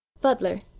Butler